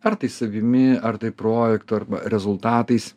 ar tai savimi ar tai projektu arba rezultatais